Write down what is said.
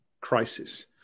crisis